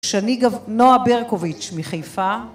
שניגב נועה ברקוביץ' מחיפה